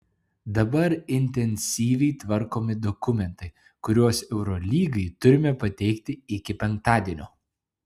dabar intensyviai tvarkomi dokumentai kuriuos eurolygai turime pateikti iki penktadienio